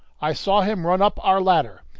i saw him run up our ladder.